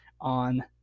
on